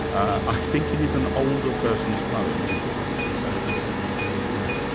i think it is an older person's poem, isn't it? oh yes i certainly agree with that.